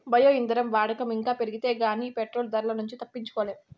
bio ఇంధనం వాడకం ఇంకా పెరిగితే గానీ ఈ పెట్రోలు ధరల నుంచి తప్పించుకోలేం